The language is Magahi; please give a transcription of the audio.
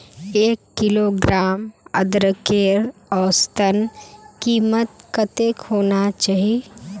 एक किलोग्राम अदरकेर औसतन कीमत कतेक होना चही?